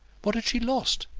what had she lost?